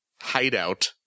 hideout